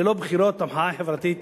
ללא בחירות, המחאה החברתית